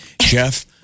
Jeff